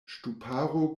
ŝtuparo